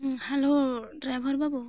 hello driver ᱵᱟᱹᱵᱩ